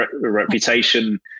reputation